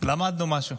למדנו משהו.